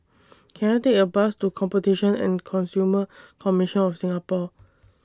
Can I Take A Bus to Competition and Consumer Commission of Singapore